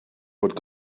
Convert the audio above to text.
fod